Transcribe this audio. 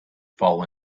fall